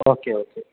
okay okay